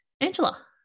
Angela